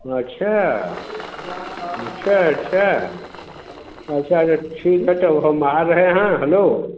ओह अच्छा अच्छा अच्छा अच्छा अच्छा ठीक है तब हम आ रहे हैं हैलो